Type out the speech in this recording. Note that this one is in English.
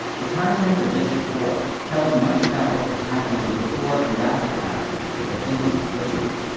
the content of this report tells much about what was happening before and after attica to the thinking of prisoners